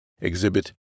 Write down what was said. exhibit